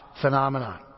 phenomenon